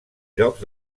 llocs